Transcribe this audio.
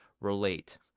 relate